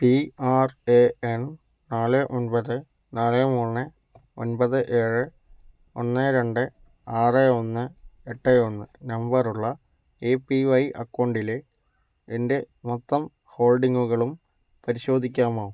P R A N നാല് ഒമ്പത് നാല് മൂന്ന് ഒമ്പത് ഏഴ് ഒന്ന് രണ്ട് ആറ് ഒന്ന് എട്ട് ഒന്ന് നമ്പറുള്ള എ പി വൈ അക്കൗണ്ടിലെ എൻ്റെ മൊത്തം ഹോൾഡിംഗുകളും പരിശോധിക്കാമോ